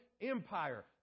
Empire